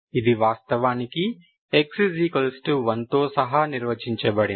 ఇది వాస్తవానికి x1తో సహా నిర్వచించబడినది